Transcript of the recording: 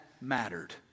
mattered